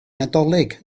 nadolig